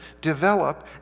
develop